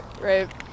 right